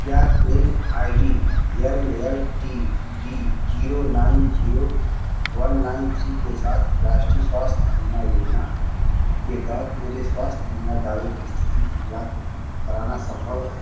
क्या claim I D L L T D zero nine zero one nine three के साथ राष्ट्रीय स्वास्थ्य बीमा योजना के तहत मेरे स्वास्थ्य बीमा दावे की स्थिति की जाँच कराना संभव है